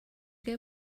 get